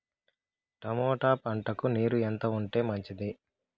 Tomato పంటకు నీరు ఎంత ఉంటే మంచిది?